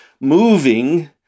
moving